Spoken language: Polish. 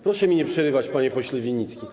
Proszę mi nie przerywać, panie pośle Winnicki.